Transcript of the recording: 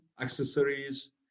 accessories